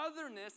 otherness